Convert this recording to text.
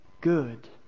good